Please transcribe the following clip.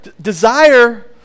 desire